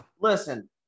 Listen